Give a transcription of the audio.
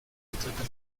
zittriger